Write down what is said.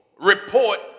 report